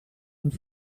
und